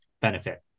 benefit